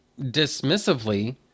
dismissively